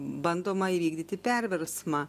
bandoma įvykdyti perversmą